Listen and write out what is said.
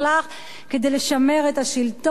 כדי לשמר את השלטון שלו,